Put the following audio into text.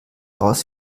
aus